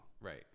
Right